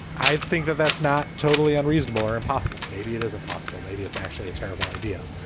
i think that that's not totally unreasonable or impossible. maybe it isn't possible. maybe it's actually a terrible idea.